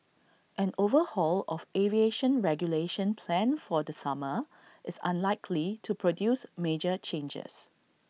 an overhaul of aviation regulation planned for the summer is unlikely to produce major changes